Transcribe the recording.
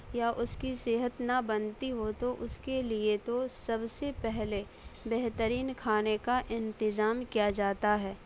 یا اس کی صحت نہ بنتی ہو تو اس کے لیے تو سب سے پہلے بہترین کھانے کا انتظام کیا جاتا ہے